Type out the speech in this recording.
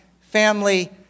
family